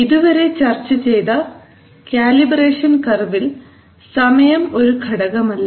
ഇതുവരെ ചർച്ച ചെയ്ത കാലിബ്രേഷൻ കർവിൽ സമയം ഒരു ഘടകമല്ല